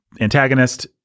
antagonist